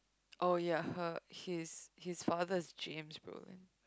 oh ya her his his father is James-Brolin